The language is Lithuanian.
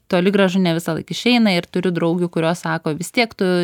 toli gražu ne visąlaik išeina ir turiu draugių kurios sako vis tiek tu